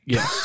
Yes